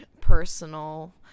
personal